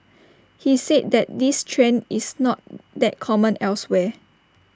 he said that this trend is not that common elsewhere